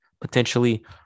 Potentially